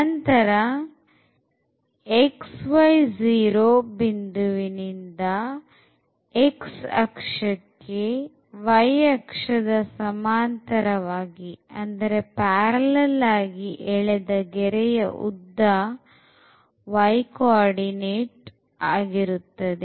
ನಂತರ xy0 ಬಿಂದುವಿನಿಂದ x ಅಕ್ಷಕ್ಕೆ y ಅಕ್ಷದ ಸಮಾಂತರವಾಗಿ ಎಳೆದ ಗೆರೆಯ ಉದ್ದ y ಕೋಆರ್ಡಿನೇಟ್ ಆಗಿರುತ್ತದೆ